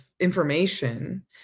information